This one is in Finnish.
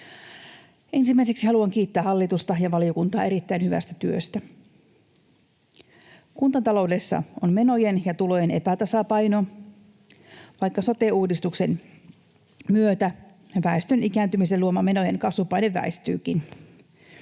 Ensimmäiseksi haluan kiittää hallitusta ja valiokuntaa erittäin hyvästä työstä. Kuntataloudessa on menojen ja tulojen epätasapaino, vaikka sote-uudistuksen myötä väestön ikääntymisen luoma menojen kasvupaine väistyykin.